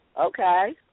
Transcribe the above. okay